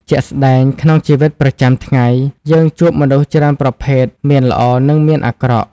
ជាក់ស្តែង ក្នុងជីវិតប្រចាំថ្ងៃ យើងជួបមនុស្សច្រើនប្រភេទមានល្អ និងមានអាក្រក់។